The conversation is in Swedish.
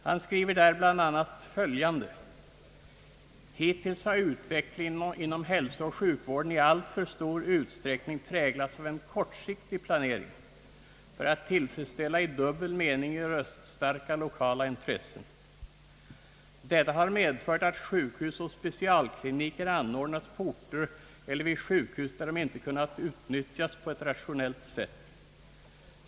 Han skriver där bl.a.: »Hittills har utvecklingen inom hälsooch sjukvården i alltför stor utsträckning präglats av en kortsiktig planering för att tillfredsställa i dubbel mening röststarka, lokala intressen. Detta har medfört att sjukhus och specialkliniker anordnats på orter eller vid sjukhus där de inte kunnat utnyttjas på ett rationellt sätt.